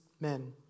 men